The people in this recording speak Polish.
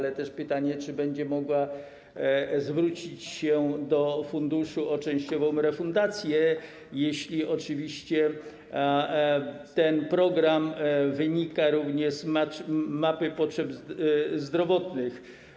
Jest też pytanie o to, czy będzie mogła zwrócić się do funduszu o częściową refundację, jeśli oczywiście ten program wynika również z mapy potrzeb zdrowotnych.